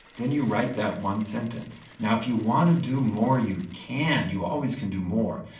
then you write that one sentence. now, if you want to do more, you can, you always can do more,